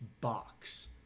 box